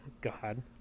God